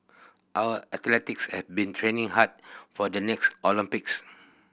our athletes have been training hard for the next Olympics